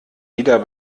wieder